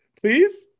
Please